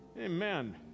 Amen